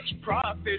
profit